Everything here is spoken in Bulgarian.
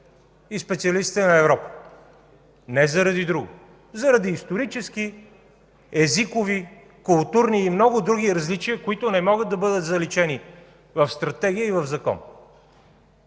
и специалистите на Европа. Не заради друго – заради исторически, езикови, културни и много други различия, които не могат да бъдат заличени в стратегия и в закон.